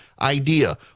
idea